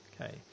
Okay